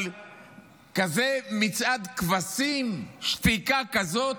אבל כזה מצעד כבשים, שתיקה כזאת,